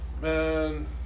Man